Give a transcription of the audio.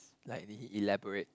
like did he elaborate